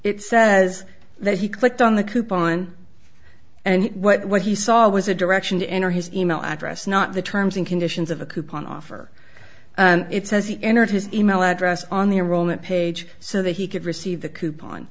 it says that he clicked on the coupon and what he saw was a direction to enter his email address not the terms and conditions of a coupon offer and it says he entered his email address on the roman page so that he could receive the coupon